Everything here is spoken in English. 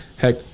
heck